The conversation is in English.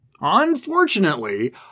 Unfortunately